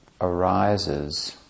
arises